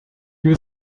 you